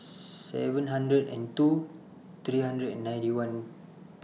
seven hundred and two three hundred and ninety one